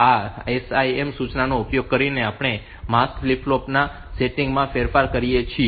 આ SIM સૂચનાનો ઉપયોગ કરીને આપણે આ માસ્ક ફ્લિપ ફ્લોપ ના સેટિંગ માં ફેરફાર કરી શકીએ છીએ